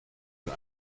für